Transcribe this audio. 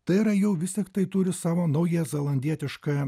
tai yra jau vis tiek tai turi savo naujazelandietišką